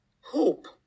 hope